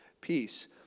peace